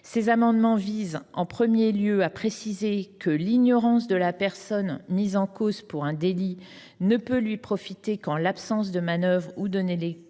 Ces amendements visent, notamment, à préciser que l’ignorance de la personne mise en cause pour un délit ne peut lui profiter qu’en l’absence de manœuvre ou de négligence